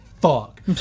fuck